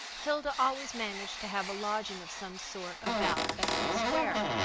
hilda always managed to have a lodging of some sort about bedford square,